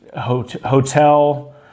hotel